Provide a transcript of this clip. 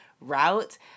route